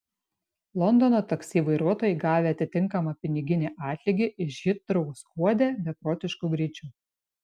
londono taksi vairuotojai gavę atitinkamą piniginį atlygį iš hitrou skuodė beprotišku greičiu